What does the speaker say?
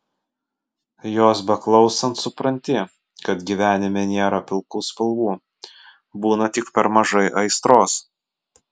jos beklausant supranti kad gyvenime nėra pilkų spalvų būna tik per mažai aistros